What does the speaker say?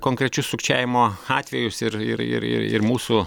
konkrečius sukčiavimo atvejus ir ir ir ir mūsų